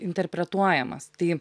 interpretuojamas tai